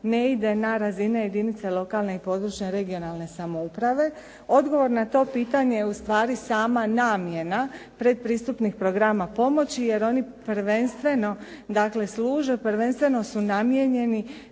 ne ide na razine jedinica lokalne i područne regionalne samouprave. Odgovor na to pitanje je ustvari sama namjena predpristupnih programa pomoći jer oni služe, prvenstveno su namijenjenih